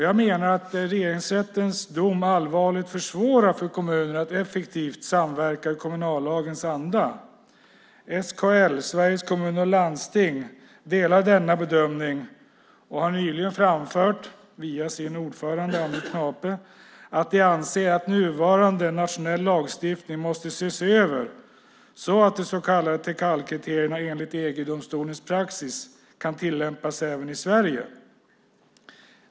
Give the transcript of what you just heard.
Jag menar att Regeringsrättens dom allvarligt försvårar för kommunerna att effektivt samverka i kommunallagens anda. SKL, Sveriges Kommuner och Landsting, delar denna bedömning och har nyligen via sin ordförande, Anders Knape, framfört att de anser att nuvarande nationell lagstiftning måste ses över så att de så kallade Teckalkriterierna enligt EG-domstolens praxis kan tillämpas även i Sverige.